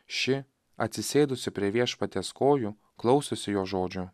ši atsisėdusi prie viešpaties kojų klausosi jo žodžio